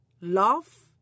love